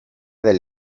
del